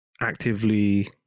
actively